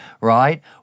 right